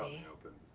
the open.